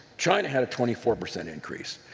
china had a twenty four percent increase.